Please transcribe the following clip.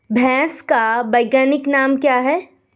भैंस का वैज्ञानिक नाम क्या है?